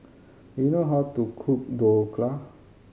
do you know how to cook Dhokla